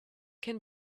can